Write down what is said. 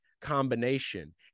combination